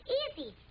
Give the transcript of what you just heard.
easy